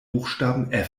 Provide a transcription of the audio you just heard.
buchstaben